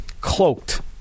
cloaked